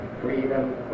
freedom